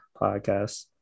podcast